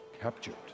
Captured